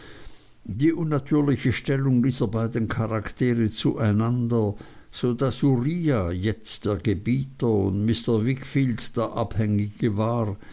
die unnatürliche stellung dieser beiden charaktere zueinander so daß uriah jetzt der gebieter und mr wickfield der abhängige war